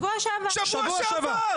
בשבוע שעבר.